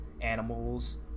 animals